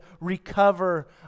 recover